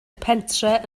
pentref